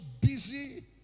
busy